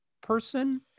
person